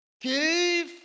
Give